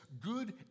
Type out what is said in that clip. good